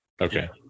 okay